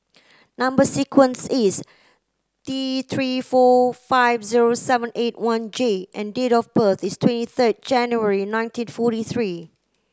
number sequence is T three four five zero seven eight one J and date of birth is twenty third January nineteen forty three